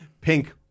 Pink